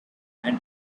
and